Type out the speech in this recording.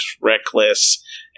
reckless